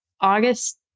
August